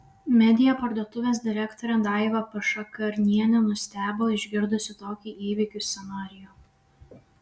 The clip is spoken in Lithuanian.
media parduotuvės direktorė daiva pašakarnienė nustebo išgirdusi tokį įvykių scenarijų